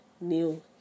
new